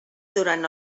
durant